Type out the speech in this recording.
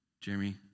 Jeremy